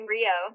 Rio